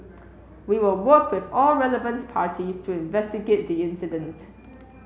we will work with all relevant parties to investigate the incident